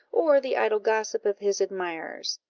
or the idle gossip of his admirers.